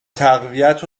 تقویت